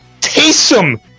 Taysom